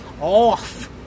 off